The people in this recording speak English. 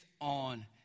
on